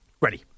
Ready